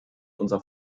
unser